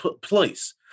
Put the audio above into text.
place